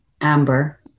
Amber